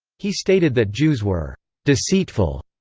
he stated that jews were deceitful,